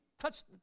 touch